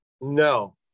No